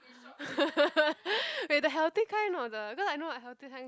wait the healthy kind or the cause I know a healthy kind